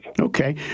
Okay